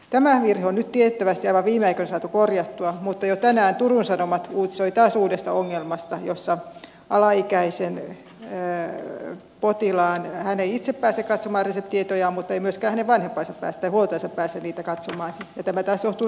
tämä virhe on nyt tiettävästi aivan viime aikoina saatu korjattua mutta jo tänään turun sanomat uutisoi taas uudesta ongelmasta jossa alaikäinen potilas ei itse pääse katsomaan reseptitietojaan mutta eivät myöskään hänen vanhempansa tai huoltajansa pääse niitä katsomaan ja tämä taas johtuu tietosuojalaista